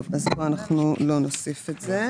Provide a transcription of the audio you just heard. טוב, אז לא נוסיף את זה.